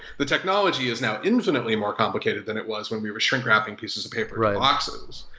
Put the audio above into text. the technology is now intimately more complicated than it was when we were shrink-wrapping pieces of paper in boxes.